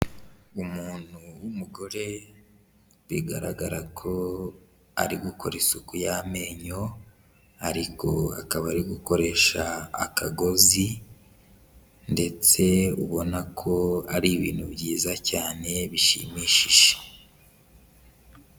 Umuntu w'umugore bigaragara ko ari gukora isuku y'amenyo, ariko akaba ari gukoresha akagozi, ndetse ubona ko ari ibintu byiza cyane bishimishije.